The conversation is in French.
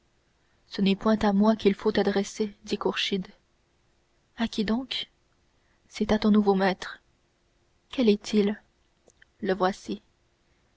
ce n'est point à moi qu'il faut t'adresser dit kourchid à qui donc c'est à ton nouveau maître quel est-il le voici